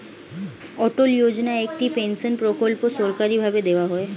অটল যোজনা একটি পেনশন প্রকল্প সরকারি ভাবে দেওয়া হয়